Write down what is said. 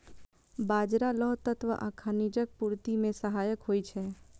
बाजरा लौह तत्व आ खनिजक पूर्ति मे सहायक होइ छै